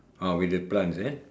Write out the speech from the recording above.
ah with the plants eh